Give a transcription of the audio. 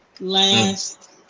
last